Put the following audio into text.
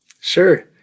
Sure